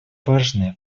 важные